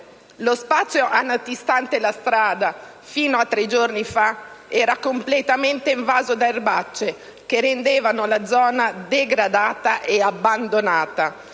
Lo spazio antistante la strada fino a tre giorni fa era completamente invaso da erbacce che rendevano la zona degradata e abbandonata,